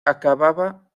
acababa